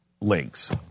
links